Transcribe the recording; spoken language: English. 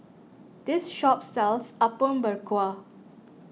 this shop sells Apom Berkuah